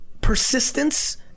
persistence